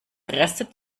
reste